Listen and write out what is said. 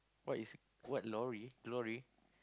what is what lorry lorry